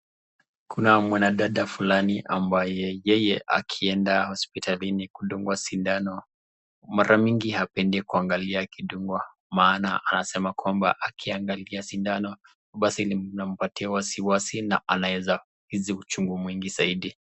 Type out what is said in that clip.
Kuna mwanadada fulani ambaye yeye akienda hosipitalini kudungwa sindano mara mingi hapendi kuangalia akidungwa maana anasema kua kwamba akiangalia sindano basi linampatia wasi wasi na anaeza hisi uchungu mwingi zaidi.